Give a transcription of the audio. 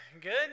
Good